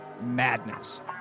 MADNESS